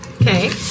Okay